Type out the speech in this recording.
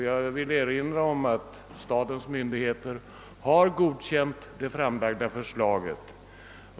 Jag vill erinra om att stadens myndigheter har godkänt det framlagda förslaget.